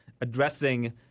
addressing